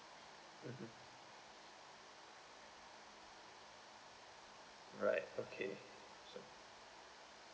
mmhmm alright okay so